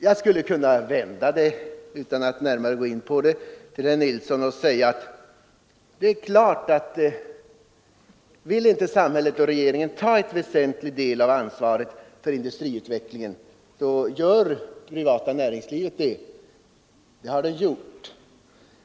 Jag skulle kunna vända det och säga till herr Nilsson utan att gå närmare in på det, att om inte samhället och regeringen vill ta en entlig del av ansvaret för industriutvecklingen, då gör det privata näringslivet det. Det har man gjort.